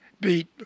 beat